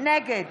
נגד